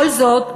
כל זאת,